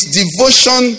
devotion